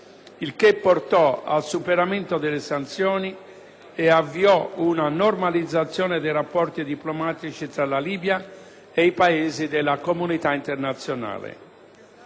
il che portò al superamento delle sanzioni e avviò una normalizzazione dei rapporti diplomatici tra la Libia e i Paesi della comunità internazionale.